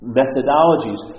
methodologies